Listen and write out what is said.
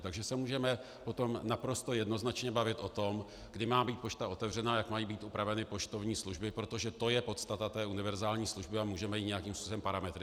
Takže se můžeme potom naprosto jednoznačně bavit o tom, kdy má být pošta otevřena a jak mají být upraveny poštovní služby, protože to je podstata té univerzální služby a můžeme ji nějakým způsobem parametrizovat.